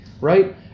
right